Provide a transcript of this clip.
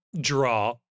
draw